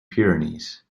pyrenees